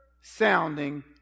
sounding